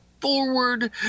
forward